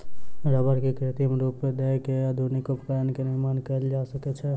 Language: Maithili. रबड़ के कृत्रिम रूप दय के आधुनिक उपकरण के निर्माण कयल जा सकै छै